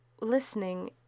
listening